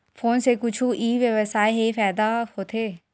Phone से कुछु ई व्यवसाय हे फ़ायदा होथे?